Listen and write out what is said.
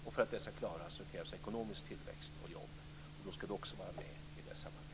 För att detta ska klaras krävs ekonomisk tillväxt och jobb. Då ska vi också vara med i det samarbetet.